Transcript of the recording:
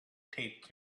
taped